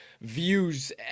views